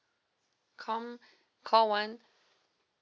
com call one